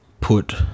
put